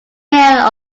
mayor